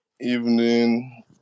evening